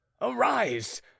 arise